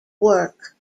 work